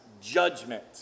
judgment